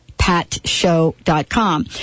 PatShow.com